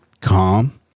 calm